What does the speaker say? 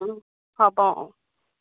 অঁ হ'ব অঁ